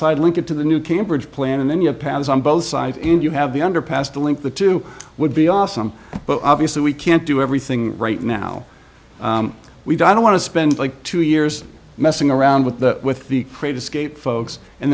side link it to the new cambridge plan and then you have paths on both side and you have the underpass to link the two would be awesome but obviously we can't do everything right now we don't want to spend like two years messing around with that with the creative skate folks and